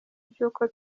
by’uko